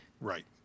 right